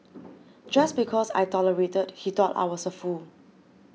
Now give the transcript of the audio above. just because I tolerated he thought I was a fool